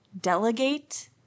delegate